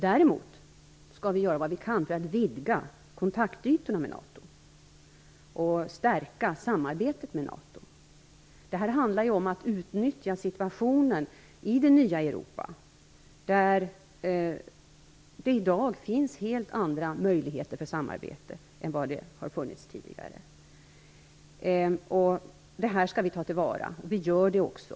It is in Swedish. Däremot skall vi göra vad vi kan för att vidga kontaktytorna med NATO och stärka samarbetet med NATO. Det handlar om att utnyttja situationen i det nya Europa, där det i dag finns helt andra möjligheter för samarbete än tidigare. Det skall vi ta till vara. Det gör vi också.